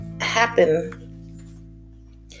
happen